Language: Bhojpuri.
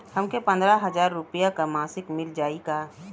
हमके पन्द्रह हजार रूपया क मासिक मिल जाई का?